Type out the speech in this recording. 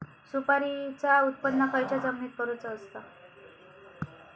सुपारीचा उत्त्पन खयच्या जमिनीत करूचा असता?